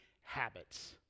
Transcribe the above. habits